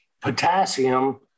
potassium